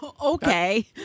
Okay